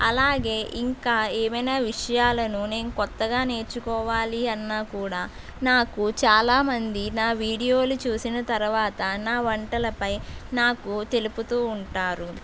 అలాగే ఇంకా ఏవైనా విషయాలను నేను కొత్తగా నేర్చుకోవాలి అన్నా కూడా నాకు చాలా మంది నా వీడియోలు చూసిన తర్వాత నా వంటలపై నాకు తెలుపుతూ ఉంటారు